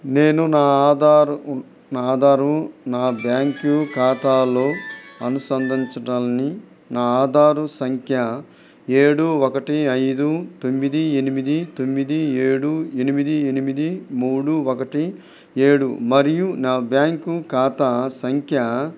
నేను నా ఆధారు నా ఆధారు నా బ్యాంకు ఖాతాలో అనుసంధించటానికి నా ఆధారు సంఖ్య ఏడు ఒకటి ఐదు తొమ్మిది ఎనిమిది తొమ్మిది ఏడు ఎనిమిది ఎనిమిది మూడు ఒకటి ఏడు మరియు నా బ్యాంకు ఖాతా సంఖ్య